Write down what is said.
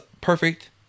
perfect